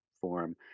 form